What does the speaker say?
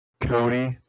Cody